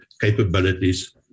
capabilities